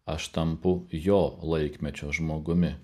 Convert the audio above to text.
aš tampu jo laikmečio žmogumi